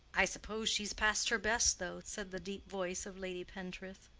i suppose she's past her best, though, said the deep voice of lady pentreath.